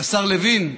השר לוין,